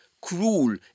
cruel